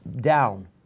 down